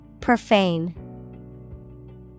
Profane